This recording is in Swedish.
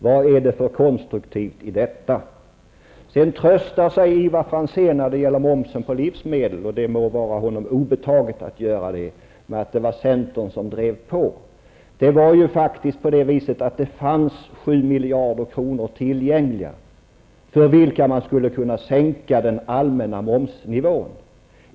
Vad är det för konstruktivt i det? När det gäller momsen på livsmedel tröstar sig Ivar Franzén med att det var centern som drev på, och det må vara honom obetaget. Det fanns faktiskt 7 miljarder kronor tillgängliga, med vilka man skulle kunna sänka den allmänna momsnivån.